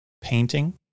painting